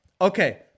Okay